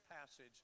passage